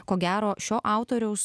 ko gero šio autoriaus